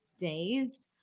days